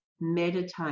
Meditate